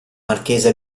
marchese